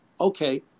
Okay